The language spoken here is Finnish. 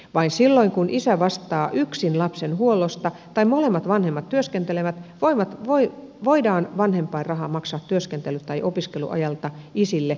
vain silloin kun isä vastaa yksin lapsen huollosta tai molemmat vanhemmat työskentelevät voidaan vanhem painrahaa maksaa työskentely tai opiskeluajalta isille vähimmäismääräisenä